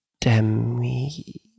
Demi